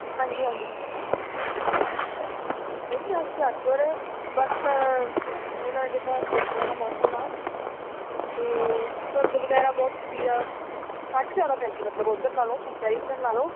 ਹਾਂਜੀ ਹਾਂਜੀ ਠੀਕ ਹੈ ਨਹੀਂ ਆ ਹੁਸ਼ਿਆਰਪੁਰ ਬਸ ਹੁਣ ਆ ਜਿੱਦਾਂ ਸਰਦੀਆਂ ਦਾ ਮੌਸਮ ਆ ਅਤੇ ਧੁੰਦ ਵਗੈਰਾ ਬਹੁਤ ਹੁੰਦੀ ਆ ਠੰਡ ਜ਼ਿਆਦਾ ਪੈਂਦੀ ਮਤਲਬ ਓਧਰ ਨਾਲੋਂ ਕੰਪੈਰੀਜਨ ਲਾ ਲਓ